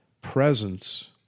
presence